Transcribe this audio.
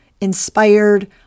inspired